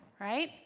right